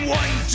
one